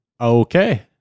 Okay